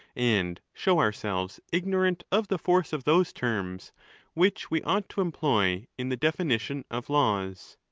and show ourselves ignorant of the force of those terms which we ought to em ploy in the definition of laws.